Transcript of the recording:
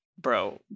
bro